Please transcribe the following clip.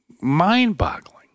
mind-boggling